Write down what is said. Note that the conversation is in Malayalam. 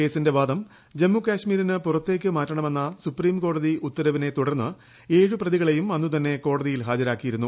കേസിന്റെ വാദം ജമ്മുകാശ്മീരിന് പുറത്തേക്ക് മാറ്റണമെന്ന് സൂപ്രീംകോടതി ഉത്തരവിനെ തുടർന്ന് പ്രതികളെയും അന്നു തന്നെ കോടതിയിൽ ഏഴു ഹാജരാക്കിയിരുന്നു